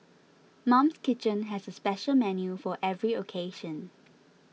Mum's Kitchen has a special menu for every occasion